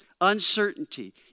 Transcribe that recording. uncertainty